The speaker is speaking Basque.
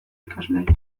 ikasleek